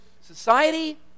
society